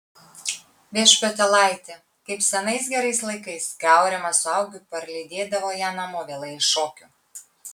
viešpatėlaiti kaip senais gerais laikais kai aurimas su augiu parlydėdavo ją namo vėlai iš šokių